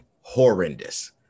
horrendous